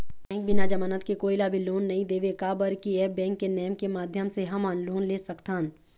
Bank बिना जमानत के कोई ला भी लोन नहीं देवे का बर की ऐप बैंक के नेम के माध्यम से हमन लोन ले सकथन?